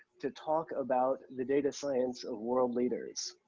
to talk about the data science of world leaders.